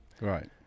Right